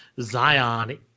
Zion